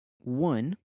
one